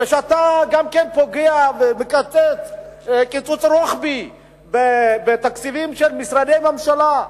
כשאתה גם כן פוגע ומקצץ קיצוץ רוחבי בתקציבים של משרדי ממשלה,